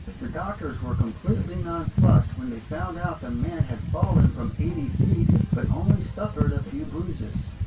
the doctors were completely nonplussed when they found out the man had fallen from eighty feet but only suffered a few bruises.